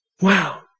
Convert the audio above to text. Wow